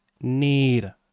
need